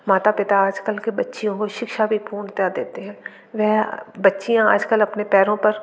माता पिता आज कल की बच्चियों को शिक्षा भी पूर्णतः देते हैं वे बच्चियाँ आज कल अपने पैरों पर